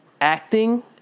acting